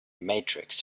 matrix